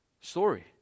story